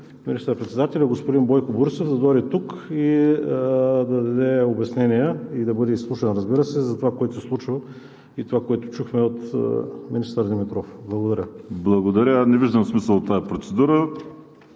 министър-председателят господин Бойко Борисов да дойде тук и да даде обяснения, да бъде изслушан, разбира се, за това, което се случва, и това, което чухме от министър Димитров. Благодаря. ПРЕДСЕДАТЕЛ ВАЛЕРИ СИМЕОНОВ: Благодаря. Не виждам смисъл от тази процедура.